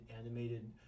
animated